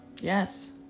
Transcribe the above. Yes